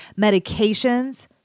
Medications